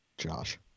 Josh